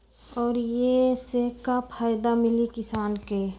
और ये से का फायदा मिली किसान के?